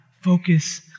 Focus